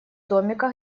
домика